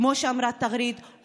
כמו שאמרה תגריד,